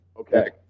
Okay